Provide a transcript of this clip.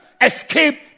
escape